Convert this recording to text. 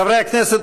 חברי הכנסת,